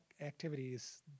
activities